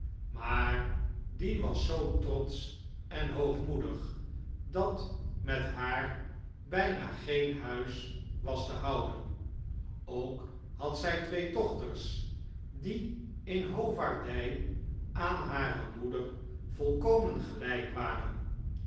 maar die was zoo trotsch en hoogmoedig dat met haar bijna geen huis was te houden ook had zij twee dochters die in hoovaardij aan hare moeder volkomen gelijk waren